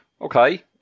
Okay